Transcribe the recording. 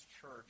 Church